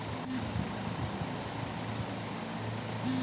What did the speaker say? গ্রামীণ ব্যাংক কি ভূমিহীন দরিদ্র নারীদের পাঁচজনের দলকে ক্ষুদ্রঋণ প্রদান করে?